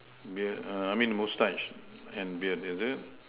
beard uh I mean moustache and beard is it